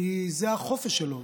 כי זה החופש שלו.